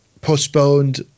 Postponed